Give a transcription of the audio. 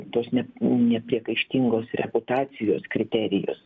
dosni nepriekaištingos reputacijos kriterijus